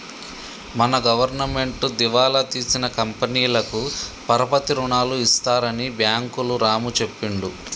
మన గవర్నమెంటు దివాలా తీసిన కంపెనీలకు పరపతి రుణాలు ఇస్తారని బ్యాంకులు రాము చెప్పిండు